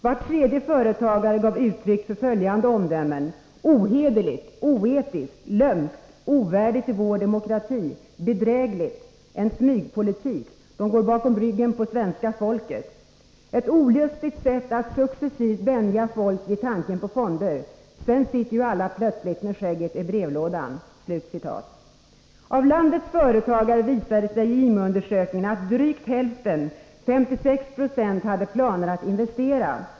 Var tredje företagare gav uttryck för följande omdömen: ”Ohederligt, oetiskt, lömskt, ovärdigt i vår demokrati, bedrägligt.” Man sade också: ”En smygpolitik. De går bakom ryggen på svenska folket.” En liknande kommentar var: ”Ett olustigt sätt att successivt vänja folk vid tanken på fonder. Sedan sitter ju alla plötsligt med skägget i brevlådan.” I IMU-undersökningen visade det sig att drygt hälften av landets företagare, 56 Jo, hade planer på att investera.